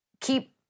keep